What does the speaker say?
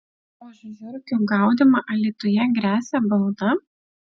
už žiurkių gaudymą alytuje gresia bauda